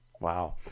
Wow